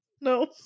No